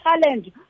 challenge